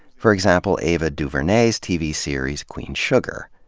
for example ava duvernay's tv series, queen sugar.